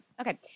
Okay